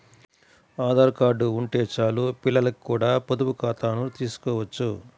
Aadhaar card ఉంటే చాలు పిల్లలకి కూడా పొదుపు ఖాతాను తీసుకోవచ్చు